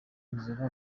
inzira